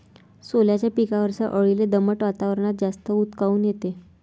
सोल्याच्या पिकावरच्या अळीले दमट वातावरनात जास्त ऊत काऊन येते?